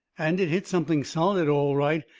and it hit something solid all right.